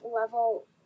level